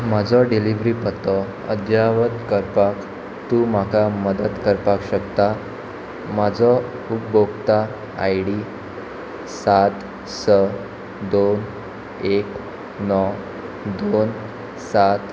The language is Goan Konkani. म्हजो डिलिव्हरी पतो अद्यावत करपाक तूं म्हाका मदत करपाक शकता म्हाजो उपभोक्ता आय डी सात स दोन एक णव दोन सात